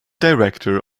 director